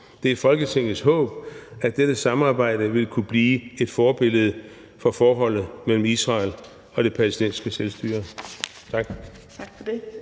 Det er Folketingets håb, at dette samarbejde vil kunne blive et forbillede for forholdet mellem Israel og Det Palæstinensiske Selvstyre«.